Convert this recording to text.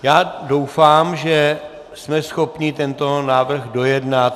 Já doufám, že jsme schopni tento návrh dojednat.